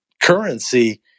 currency